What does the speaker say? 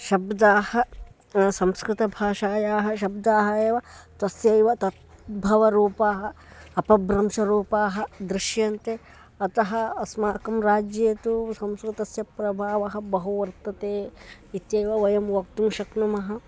शब्दाः संस्कृतभाषायाः शब्दाः एव तस्यैव तद्भवरूपाः अपभ्रंशरूपाः दृश्यन्ते अतः अस्माकं राज्ये तु संस्कृतस्य प्रभावः बहु वर्तते इत्येव वयं वक्तुं शक्नुमः